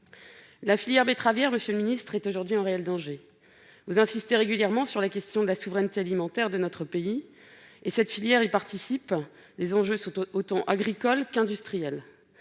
la filière betteravière est aujourd'hui en réel danger. Vous insistez régulièrement sur la question de la souveraineté alimentaire de notre pays ; cette filière y participe, et les enjeux sont aussi agricoles qu'industriels.